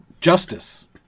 justice